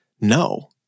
No